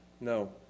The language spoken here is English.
No